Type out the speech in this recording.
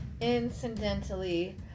incidentally